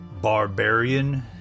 barbarian